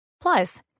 Plus